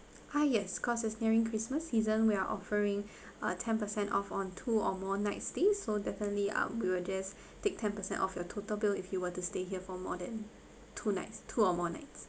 ah yes cause is nearing christmas season we're offering a ten percent off on two or more nights days so definitely uh we will just take ten percent off your total bill if you were to stay here for more than two nights two or more nights